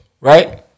Right